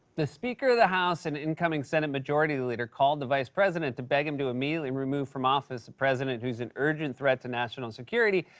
the speaker of the house and incoming senate majority leader called the vice president to beg him to immediately remove from office the president, who's an urgent threat to national security.